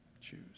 Choose